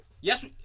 Yes